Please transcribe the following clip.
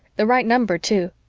the right number, too.